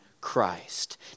Christ